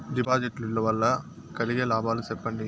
డిపాజిట్లు లు వల్ల కలిగే లాభాలు సెప్పండి?